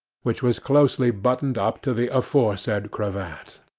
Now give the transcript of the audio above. which was closely buttoned up to the aforesaid cravat.